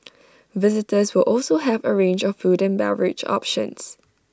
visitors will also have A range of food and beverage options